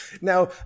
now